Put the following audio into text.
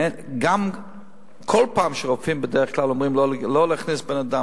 בדרך כלל כל פעם שרופאים אומרים לא להכניס בן-אדם,